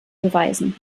beweisen